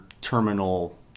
terminal